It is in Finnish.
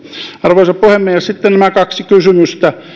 arvoisa puhemies sitten nämä kaksi kysymystä